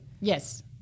Yes